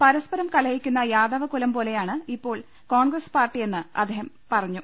പരസ്പരം കലഹിക്കുന്ന യാദവകുലം പോലെയാണ് ഇപ്പോൾ കോൺഗ്രസ് പാർട്ടിയെന്ന് ആൻണി പറഞ്ഞു